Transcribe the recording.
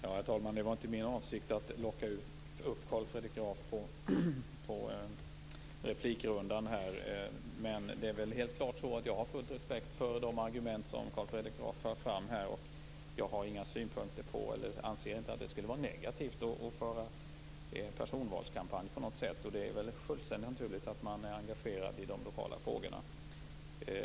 Herr talman! Det var inte min avsikt att locka upp Carl Fredrik Graf på den här replikrundan. Jag har helt klart full respekt för de argument som Carl Fredrik Graf här för fram. Inte heller anser jag att det skulle vara negativt på något sätt att föra personvalskampanj. Det är väl fullständigt naturligt att man är engagerad i de lokala frågorna.